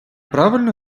правильно